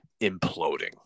imploding